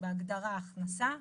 בהגדרה "הכנסה",